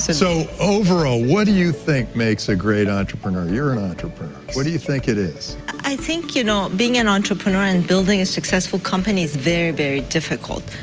so, over all, what do you think makes a great entrepreneur? you're an entrepreneur, what do think it is? i think, you know, being an entrepreneur and building a successful company is very, very difficult,